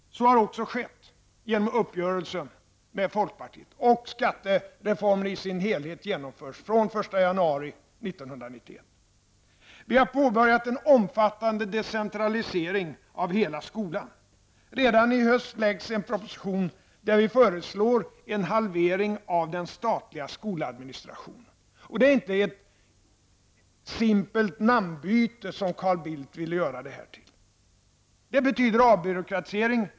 Så har också skett genom uppgörelsen med folkpartiet. Skattereformen i dess helhet genomförs den 1 januari 1991. Vi har påbörjat en omfattande decentralisering av hela skolan. Redan i höst framläggs en proposition, där vi föreslår en halvering av den statliga skoladministrationen. Detta är inte ett ''simpelt namnbyte'' som Carl Bildt ville göra det till. Det betyder avbyråkratisering.